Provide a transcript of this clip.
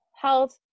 health